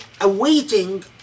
awaiting